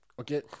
okay